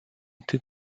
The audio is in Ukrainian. йти